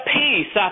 peace